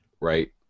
Right